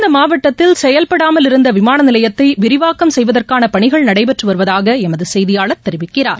இந்த மாவட்டத்தில் செயல்படாமல் இருந்த விமான நிலையத்தை விரிவாக்கம் செய்வதற்கான பணிகள் நடைபெற்று வருவதாக எமது செய்தியாளர் தெரிவிக்கிறார்